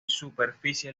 superficie